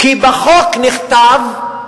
כי בחוק נכתב,